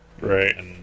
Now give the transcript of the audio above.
Right